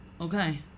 Okay